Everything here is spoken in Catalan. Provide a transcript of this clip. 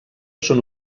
són